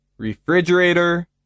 Refrigerator